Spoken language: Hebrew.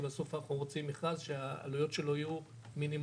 כי בסוף אנחנו רוצים מכרז שהעלויות שלו יהיו מינימליות.